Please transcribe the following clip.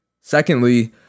secondly